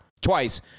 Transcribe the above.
twice